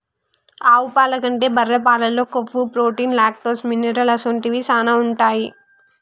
ఆవు పాల కంటే బర్రె పాలల్లో కొవ్వు, ప్రోటీన్, లాక్టోస్, మినరల్ అసొంటివి శానా ఉంటాయి